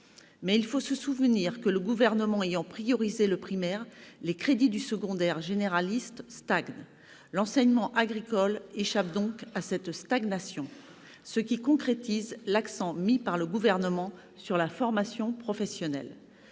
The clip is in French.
scolaire. En réalité, le Gouvernement ayant donné la priorité au primaire, les crédits du secondaire généraliste stagnent. L'enseignement agricole échappe à cette stagnation, ce qui concrétise l'accent mis par le Gouvernement sur la formation professionnelle.